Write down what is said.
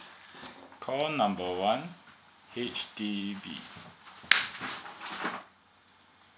call number one H_D_B